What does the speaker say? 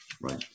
Right